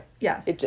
Yes